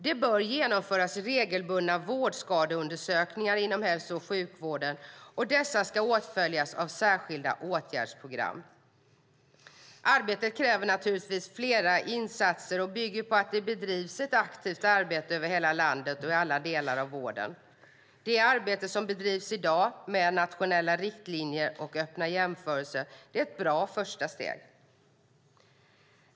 Det bör genomföras regelbundna vårdskadeundersökningar inom hälso och sjukvården, och dessa ska åtföljas av särskilda åtgärdsprogram. Arbetet kräver naturligtvis flera insatser och bygger på att det bedrivs ett aktivt arbete över hela landet och i alla delar av vården. Det arbete som bedrivs i dag med nationella riktlinjer och öppna jämförelser är ett bra första steg.